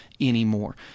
anymore